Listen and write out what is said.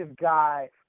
guy